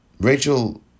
Rachel